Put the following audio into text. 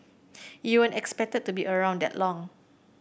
you weren't expected to be around that long